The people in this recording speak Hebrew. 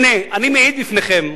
הנה, אני מעיד בפניכם: